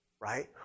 right